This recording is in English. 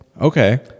Okay